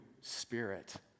spirit